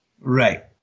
Right